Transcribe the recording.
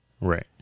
Right